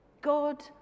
God